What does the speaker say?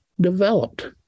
developed